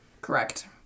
Correct